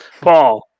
Paul